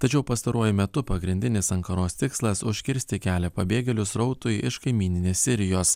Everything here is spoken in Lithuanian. tačiau pastaruoju metu pagrindinis ankaros tikslas užkirsti kelią pabėgėlių srautui iš kaimyninės sirijos